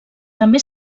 també